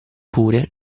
pure